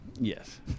yes